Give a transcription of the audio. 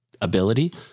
ability